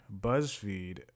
BuzzFeed